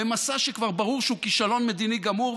במסע שכבר ברור שהוא כישלון מדיני גמור,